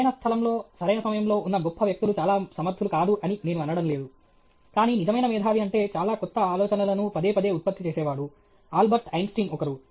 సరైన స్థలంలో సరైన సమయంలో ఉన్న గొప్ప వ్యక్తులు చాలా సమర్థులు కాదు అని నేను అనడం లేదు కానీ నిజమైన మేధావి అంటే చాలా కొత్త ఆలోచనలను పదేపదే ఉత్పత్తి చేసేవాడు ఆల్బర్ట్ ఐన్స్టీన్ ఒకరు